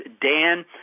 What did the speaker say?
Dan